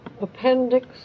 Appendix